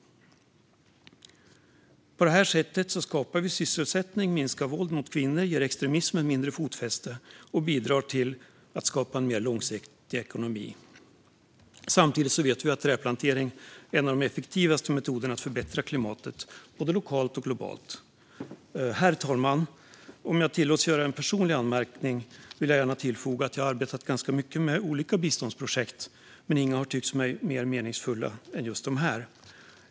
På detta sätt skapar vi sysselsättning, minskar våldet mot kvinnor, ger extremismen sämre fotfäste och bidrar till att skapa en mer långsiktig ekonomi. Samtidigt vet vi att trädplantering är en av de effektivaste metoderna för att förbättra klimatet, både lokalt och globalt. Herr talman! Om jag tillåts göra en personlig anmärkning vill jag gärna tillfoga att jag har arbetat ganska mycket med olika biståndsprojekt, men inga har tyckts mig mer meningsfulla än just dessa.